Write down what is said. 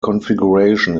configuration